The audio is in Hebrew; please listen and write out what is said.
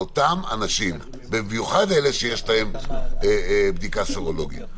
על אותם אנשים במיוחד אלה שיש להם בדיקה סרולוגית.